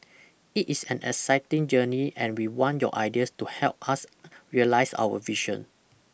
it is an exciting journey and we want your ideas to help us realise our vision